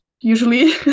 usually